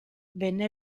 venne